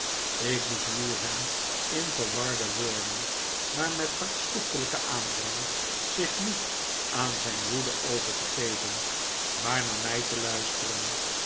ik bezwoer hem in verwarde woorden maar met hartstochtelijken aandrang zich niet aan zijn woede over te geven maar naar mij te luisteren